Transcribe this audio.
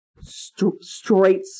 straight